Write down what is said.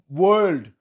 world